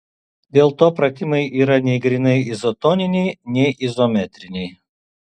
dėl to pratimai yra nei grynai izotoniniai nei izometriniai